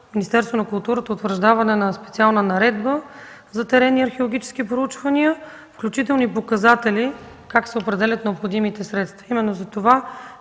Министерството на културата утвърждаване на специална Наредба за теренни и археологически проучвания, включително показатели как се определят необходимите средства.